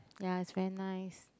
ya it's very nice